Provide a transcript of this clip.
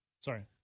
Sorry